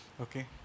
Okay